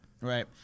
Right